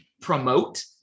promote